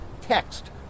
text